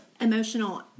emotional